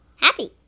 Happy